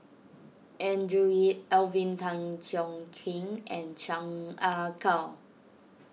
Andrew Yip Alvin Tan Cheong Kheng and Chan Ah Kow